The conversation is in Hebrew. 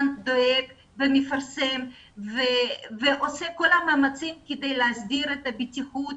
דואג ומפרסם ועושה את כל המאמצים כדי להסדיר את הבטיחות